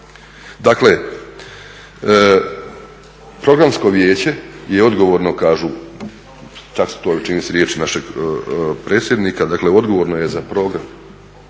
Dakle, Programsko vijeće je odgovorno kažu, čak su to čini mi se riječi našeg predsjednika, dakle odgovorno je za program,